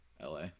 LA